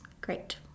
Great